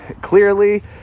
Clearly